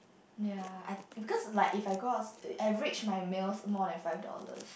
ya I because like if I go outs~ average my meal more than five dollars